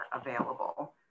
available